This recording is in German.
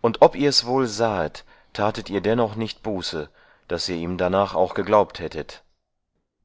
und ob ihr's wohl sahet tatet ihr dennoch nicht buße daß ihr ihm darnach auch geglaubt hättet